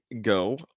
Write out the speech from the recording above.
go